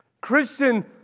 Christian